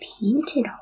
painted